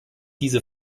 diese